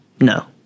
No